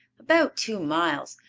about two miles.